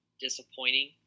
disappointing